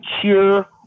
cure